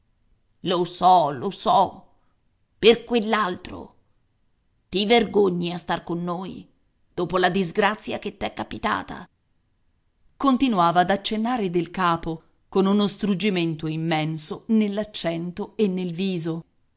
lo so lo so per quell'altro ti vergogni a stare con noi dopo la disgrazia che t'è capitata continuava ad accennare del capo con uno struggimento immenso nell'accento e nel viso